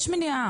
יש מניעה.